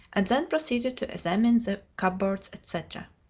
and then proceeded to examine the cupboards, etc.